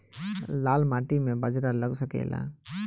लाल माटी मे बाजरा लग सकेला?